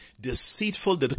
deceitful